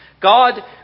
God